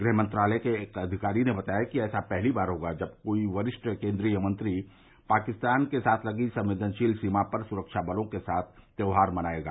गृह मंत्रालय के एक अधिकारी ने बताया कि ऐसा पहली बार होगा जब कोई वरिष्ठ केन्द्रीय मंत्री पाकिस्तान के साथ लगी संवेदनशील सीमा पर सुरक्षा बलों के साथ त्यौहार मनाएगा